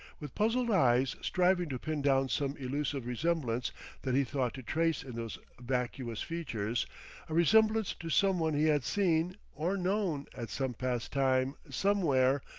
with puzzled eyes striving to pin down some elusive resemblance that he thought to trace in those vacuous features a resemblance to some one he had seen, or known, at some past time, somewhere,